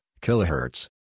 kilohertz